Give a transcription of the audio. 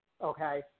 Okay